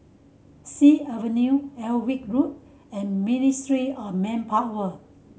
Sea Avenue Alnwick Road and Ministry of Manpower